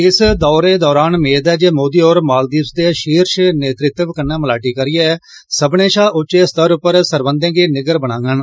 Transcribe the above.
इस दौरे दौरान मेद ऐ जे मोदी होर मालदीव्स दे शीर्ष नेतृत्व कन्नै मलाटी करियै सब्मनें शा उच्चे स्तर उप्पर सरबंधें गी निग्गर बनाडन